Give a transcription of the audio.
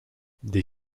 des